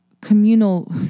communal